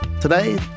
Today